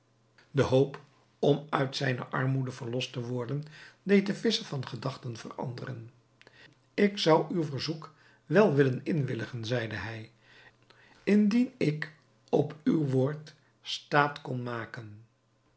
de hoop om uit zijne armoede verlost te worden deed den visscher van gedachte veranderen ik zou uw verzoek wel willen inwilligen zeide hij indien ik op uw woord staat kon maken